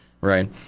right